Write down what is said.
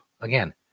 Again